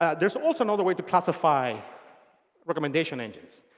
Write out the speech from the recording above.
ah there's also another way to classify recommendation engines,